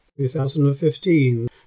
2015